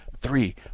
three